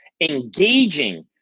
engaging